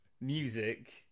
music